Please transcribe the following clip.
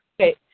Okay